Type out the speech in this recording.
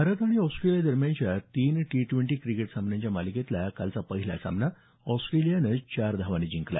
भारत आणि ऑस्ट्रेलियादरम्यानच्या तीन टी ट्वेंटी क्रिकेट सामन्याच्या मालिकेतला कालचा पहिला सामना ऑस्ट्रेलियानं चार धावांनी जिंकला